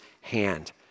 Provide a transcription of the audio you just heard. hand